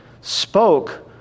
spoke